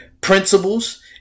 principles